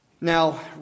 Now